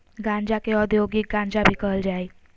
गांजा के औद्योगिक गांजा भी कहल जा हइ